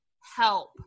help